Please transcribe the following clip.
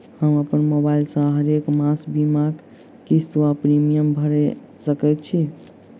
हम अप्पन मोबाइल सँ हरेक मास बीमाक किस्त वा प्रिमियम भैर सकैत छी?